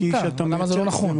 למה זה לא נכון?